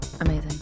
amazing